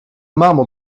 membres